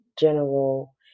general